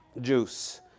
juice